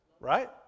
Right